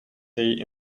day